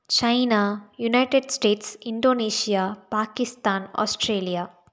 China United States Indonesia Pakistan Australia